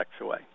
away